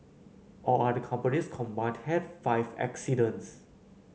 all other companies combined had five accidents